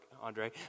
Andre